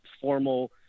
formal